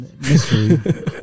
mystery